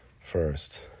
first